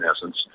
essence